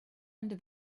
under